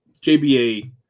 JBA